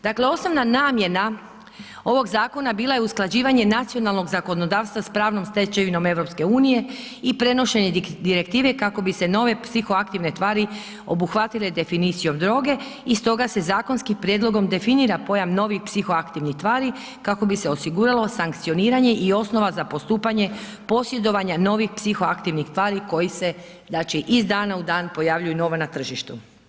Dakle, osnovna namjena ovog zakona bila je usklađivanje nacionalnog zakonodavstva s pravnom stečevinom EU i prenošenje Direktive kako bi se nove psihoaktivne tvari obuhvatile definicijom droge i stoga se zakonskim prijedlogom definira pojam novih psihoaktivnih tvari kako bi se osiguralo sankcioniranje i osnova za postupanje posjedovanja novih psihoaktivnih tvari koji se znači iz dana u dan pojavljuju nova na tržištu.